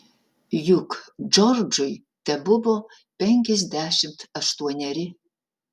juk džordžui tebuvo penkiasdešimt aštuoneri